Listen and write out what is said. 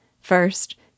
First